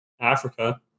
Africa